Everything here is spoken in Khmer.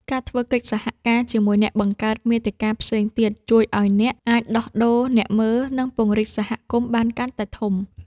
ការធ្វើកិច្ចសហការ ជាមួយអ្នកបង្កើតមាតិកាផ្សេងទៀត ជួយឱ្យអ្នកអាចដោះដូរអ្នកមើល និងពង្រីកសហគមន៍បានកាន់តែធំ។